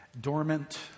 dormant